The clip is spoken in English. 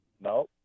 No